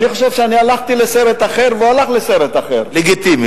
אני חושב שאני הלכתי לסרט אחר והוא הלך לסרט אחר לגיטימי,